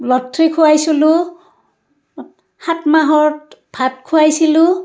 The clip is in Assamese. লুথুৰী খুৱাইছিলোঁ সাতমাহত ভাত খুৱাইছিলোঁ